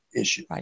issue